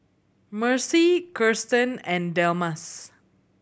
Mercy Kiersten and Delmas